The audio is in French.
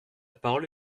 parole